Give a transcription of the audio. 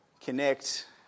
connect